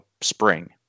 spring